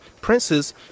princes